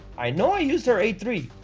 i know i used her a three